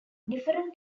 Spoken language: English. different